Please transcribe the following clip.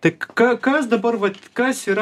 tik ka kas dabar vat kas yra